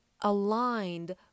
aligned